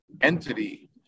entity